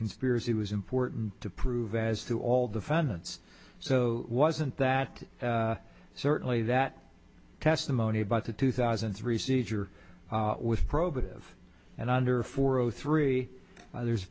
conspiracy was important to prove as to all defendants so wasn't that certainly that testimony by the two thousand and three seizure was provocative and under four o three ther